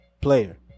player